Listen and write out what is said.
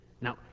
Now